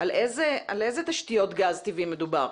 על איזה תשתיות גז טבעי מדובר?